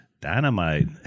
Dynamite